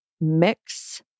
mix